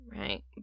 Right